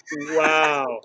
Wow